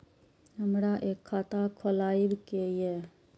हमरा एक खाता खोलाबई के ये?